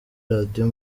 radio